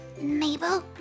Mabel